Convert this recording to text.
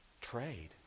Trade